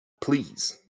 Please